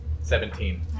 Seventeen